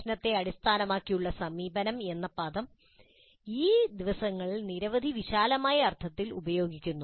പ്രശ്നത്തെ അടിസ്ഥാനമാക്കിയുള്ള സമീപനം എന്ന പദം ഈ ദിവസങ്ങളിൽ നിരവധി വിശാലമായ അർത്ഥത്തിൽ ഉപയോഗിക്കുന്നു